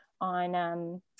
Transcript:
on